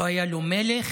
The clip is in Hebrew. לא היה לו מלך,